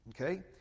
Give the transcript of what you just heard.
Okay